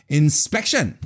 inspection